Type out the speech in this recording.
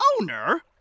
Owner